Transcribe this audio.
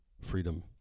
freedom